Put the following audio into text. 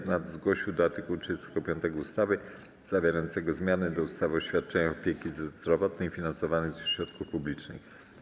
Senat zgłosił do art. 35 ustawy zawierającego zmiany do ustawy o świadczeniach opieki zdrowotnej finansowanych ze środków publicznych.